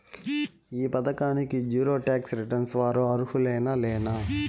ఈ పథకానికి zero tax returns వారు అర్హులేనా లేనా?